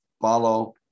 follow